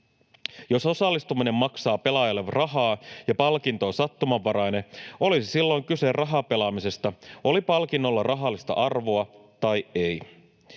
Jos osallistuminen maksaa pelaajalle rahaa ja palkinto on sattumanvarainen, olisi silloin kyse rahapelaamisesta, oli palkinnolla rahallista arvoa tai ei.